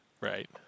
Right